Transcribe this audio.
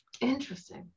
interesting